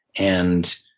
and,